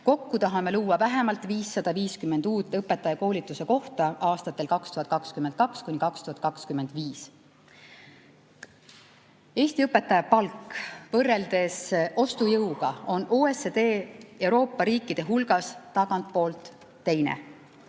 Kokku tahame luua vähemalt 550 uut õpetajakoolituse kohta aastatel 2022–2025. Eesti õpetaja palk võrreldes ostujõuga on OECD Euroopa riikide hulgas tagantpoolt teine.